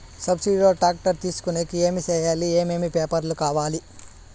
Subsidy లో tractor తీసుకొనేకి ఏమి చేయాలి? ఏమేమి పేపర్లు కావాలి?